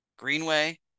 Greenway